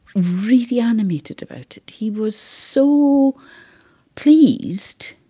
really animated about it. he was so pleased.